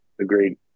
agreed